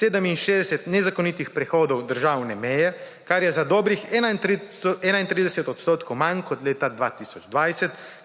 67 nezakonitih prehodov državne meje, kar je za dobrih 31 % manj kot leta 2020,